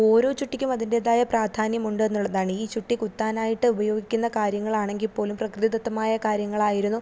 ഓരോ ചുട്ടിയ്ക്കും അതിൻറ്റേതായ പ്രധാന്യമുണ്ട് എന്നുള്ളതാണ് ഈ ചുട്ടി കുത്താനായിട്ട് ഉപയോഗിക്കുന്ന കാര്യങ്ങളാണെങ്കിൽപ്പോലും പ്രകൃതിദത്തമായ കാര്യങ്ങളായിരുന്നു